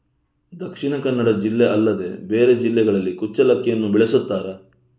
ದಕ್ಷಿಣ ಕನ್ನಡ ಜಿಲ್ಲೆ ಅಲ್ಲದೆ ಬೇರೆ ಜಿಲ್ಲೆಗಳಲ್ಲಿ ಕುಚ್ಚಲಕ್ಕಿಯನ್ನು ಬೆಳೆಸುತ್ತಾರಾ?